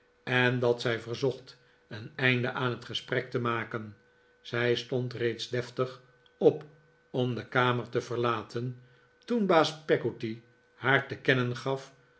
en dat zij verzocht een einde aan het gesprek te maken zij stond reeds deftig op om de kamer te verlaten toen baas peggotty haar te kennen gaf